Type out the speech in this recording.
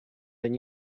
than